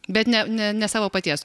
bet ne ne ne savo paties